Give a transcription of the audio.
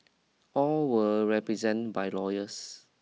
all were represented by lawyers